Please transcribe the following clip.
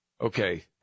Okay